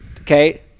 Okay